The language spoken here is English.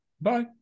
Bye